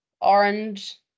Orange